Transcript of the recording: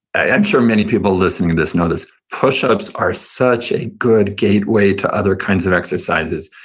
i'm sure many people listening to this know this, push-ups are such a good gateway to other kinds of exercises.